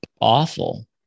awful